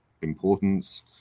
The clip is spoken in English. importance